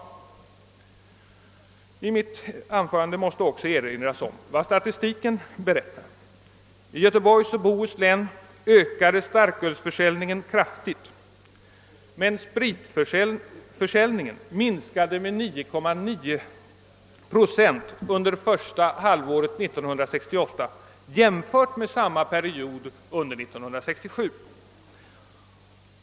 I mitt anförande måste också erinras om vad statistiken berättar. I Göteborgs och Bohus län ökade starkölsförsäljningen =:kraftigt. - Spritförsäljningen minskade med 9,9 procent under första halvåret 1968 jämfört med samma period under 1967.